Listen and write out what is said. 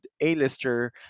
A-lister